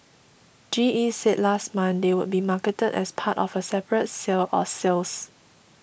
G E said last month they would be marketed as part of a separate sale or sales